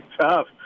tough